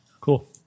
cool